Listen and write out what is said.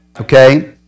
Okay